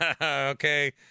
Okay